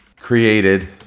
Created